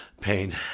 Pain